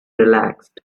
relaxed